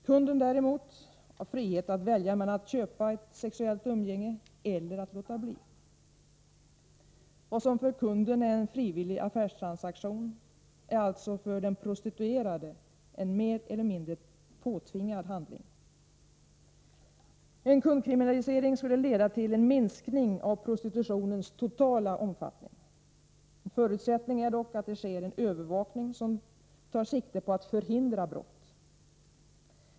Kunden däremot har frihet att välja att köpa ett sexuellt umgänge eller att låta bli. Vad som för kunden är en frivillig affärstransaktion är alltså för den prostituerade en mer eller mindre påtvingad handling. En kundkriminalisering skulle leda till en minskning av prostitutionens totala omfattning. En förutsättning är dock att det sker en övervakning som tar sikte på att förhindra brott.